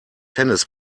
tennis